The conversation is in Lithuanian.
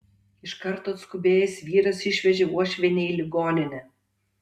iš karto atskubėjęs vyras išvežė uošvienę į ligoninę